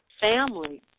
family